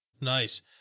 Nice